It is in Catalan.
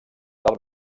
del